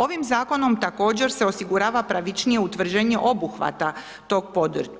Ovim zakonom također se osigurava pravičnije utvrđenje obuhvata tog